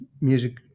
music